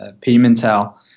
Pimentel